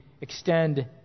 extend